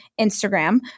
Instagram